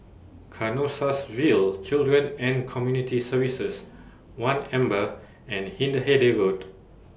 Canossaville Children and Community Services one Amber and Hindhede Road